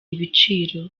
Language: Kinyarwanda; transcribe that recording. ibiciro